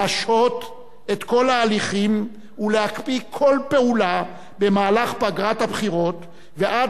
להשעות את כל ההליכים ולהקפיא כל פעולה במהלך פגרת הבחירות ועד